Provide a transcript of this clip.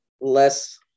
less